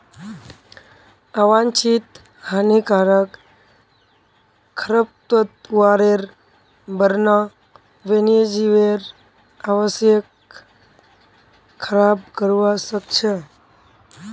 आवांछित हानिकारक खरपतवारेर बढ़ना वन्यजीवेर आवासक खराब करवा सख छ